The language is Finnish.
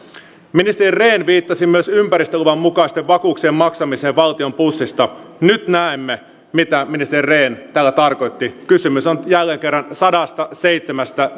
ministeri rehn viittasi myös ympäristöluvan mukaisten vakuuksien maksamiseen valtion pussista nyt näemme mitä ministeri rehn tällä tarkoitti kysymys on jälleen kerran sadastaseitsemästä